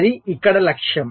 అది ఇక్కడ లక్ష్యం